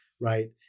right